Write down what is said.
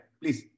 please